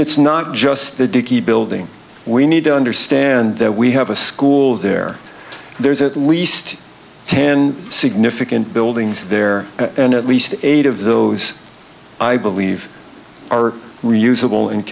it's not just the dickie building we need to understand that we have a school there there's at least ten significant buildings there and at least eight of those i believe are reusable and